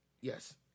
Yes